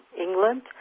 England